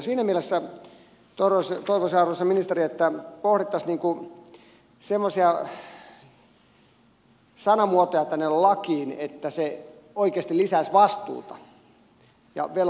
siinä mielessä toivoisin arvoisa ministeri että pohdittaisiin semmoisia sanamuotoja tänne lakiin että se oikeasti lisäisi vastuuta ja velvollisuuksia